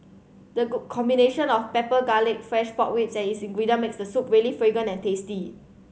the good combination of pepper garlic fresh pork ribs as ingredient makes the soup really fragrant and tasty